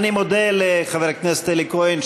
אני מודה לחבר הכנסת אלי כהן,